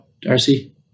Darcy